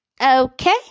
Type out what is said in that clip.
Okay